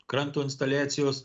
kranto instaliacijos